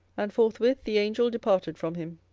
and forthwith the angel departed from him.